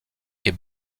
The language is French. est